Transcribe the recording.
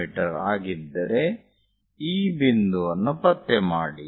me ಆಗಿದ್ದರೆ ಈ ಬಿಂದುವನ್ನು ಪತ್ತೆ ಮಾಡಿ